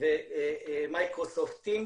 ומייקרוסופט טימס,